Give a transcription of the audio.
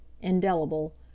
indelible